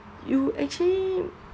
you actually